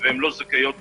לכן חשוב לשים את זה על